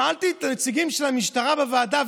שאלתי את הנציגים של המשטרה בוועדה,